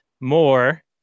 more